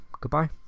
Goodbye